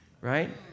Right